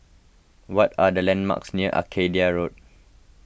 what are the landmarks near Arcadia Road